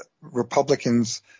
Republicans